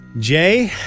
Jay